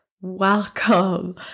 Welcome